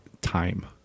time